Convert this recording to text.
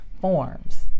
Forms